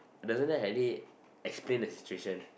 doesn't that had it explain the situation